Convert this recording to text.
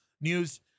news